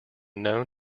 known